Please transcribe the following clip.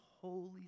holy